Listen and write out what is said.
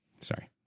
Sorry